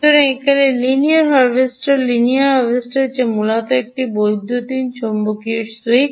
সুতরাং এখানে linear harvester linear harvester যা মূলত একটি বৈদ্যুতিন চৌম্বকীয় সুইচ